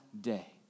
day